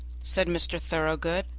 said mr. thoroughgood,